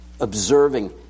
Observing